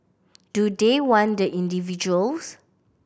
do they want the individuals